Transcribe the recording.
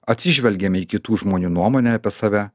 atsižvelgiame į kitų žmonių nuomonę apie save